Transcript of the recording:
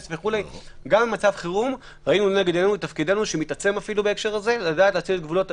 גם במצב חירום ראינו שתפקידנו מתעצם אפילו בהקשר הזה לדעת להציב גבולות,